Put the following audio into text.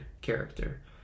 character